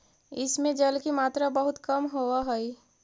इस में जल की मात्रा बहुत कम होवअ हई